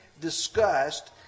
discussed